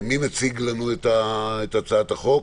מי מציג לנו את הצעת החוק?